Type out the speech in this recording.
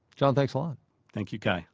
john, thanks a lot thank you, kai